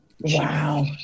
Wow